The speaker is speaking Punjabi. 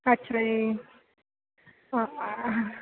ਅੱਛਾ ਜੀ